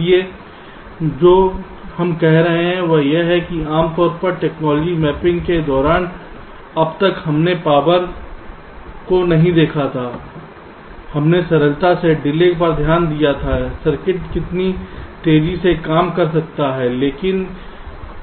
इसलिए जो हम कह रहे हैं वह यह है कि आम तौर पर टेक्नोलॉजी मैपिंग के दौरान अब तक हमने पावर को नहीं देखा था हमने सरलता से डिले पर ध्यान दिया सर्किट कितनी तेजी से काम कर सकता है लेकिन